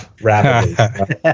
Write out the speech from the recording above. rapidly